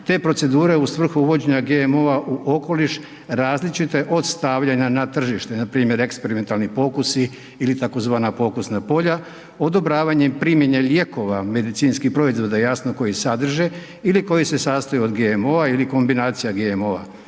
te procedure u svrhu uvođenja GMO-a u okoliš različite od stavljanja na tržište, npr. eksperimentalni pokusi ili tzv. pokusna polja odobravanjem primjene lijekova, medicinskih proizvoda jasno koji sadrže ili koji se sastoje od GMO-a ili kombinacija GMO-a